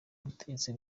butegetsi